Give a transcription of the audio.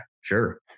sure